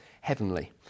heavenly